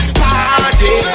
party